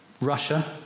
Russia